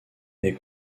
est